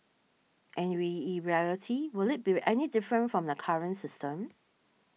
and reality will it be any different from the current system